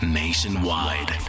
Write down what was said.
nationwide